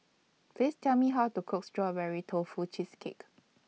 Please Tell Me How to Cook Strawberry Tofu Cheesecake